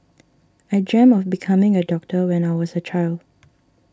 I dreamt of becoming a doctor when I was a child